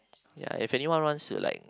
yeah if anyone wants to like